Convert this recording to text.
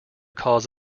cause